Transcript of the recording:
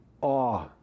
awe